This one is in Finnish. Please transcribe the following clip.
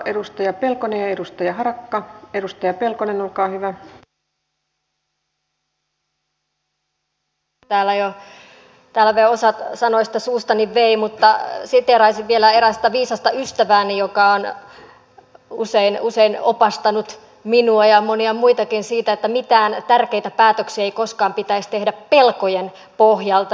edustaja wallinheimo täällä jo osan sanoista suustani vei mutta siteeraisin vielä erästä viisasta ystävääni joka on usein opastanut minua ja monia muitakin siinä että mitään tärkeitä päätöksiä ei koskaan pitäisi tehdä pelkojen pohjalta